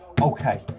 Okay